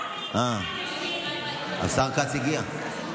השר כץ הגיע.